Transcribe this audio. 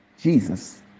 Jesus